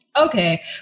okay